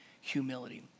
humility